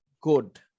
good